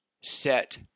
set